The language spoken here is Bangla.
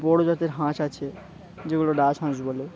বড় জাতের হাঁস আছে যেগুলো রাজহাঁস বলে